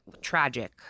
tragic